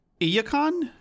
Iacon